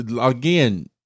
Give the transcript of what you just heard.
again